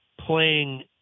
playing